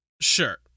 Sure